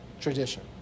Tradition